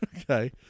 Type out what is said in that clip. Okay